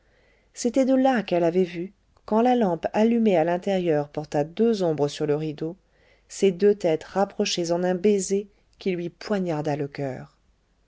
c'était de là qu'elle avait vu quand la lampe allumée à l'intérieur porta deux ombres sur le rideau ces deux têtes rapprochées en un baiser qui lui poignarda le coeur